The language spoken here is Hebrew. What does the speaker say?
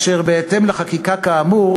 אשר בהתאם לחקיקה כאמור,